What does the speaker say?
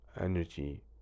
energy